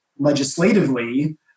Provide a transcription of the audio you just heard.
legislatively